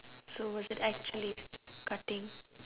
so was it actually cutting